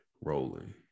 rolling